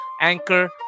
Anchor